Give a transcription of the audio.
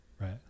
Right